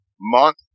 month